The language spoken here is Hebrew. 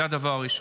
זה הדבר הראשון.